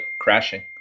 crashing